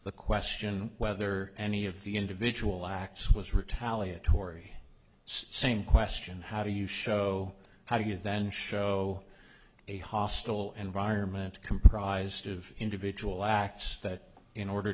the question whether any of the individual acts was retaliatory same question how do you show how do you then show a hostile environment comprised of individual acts that in order